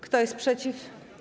Kto jest przeciw?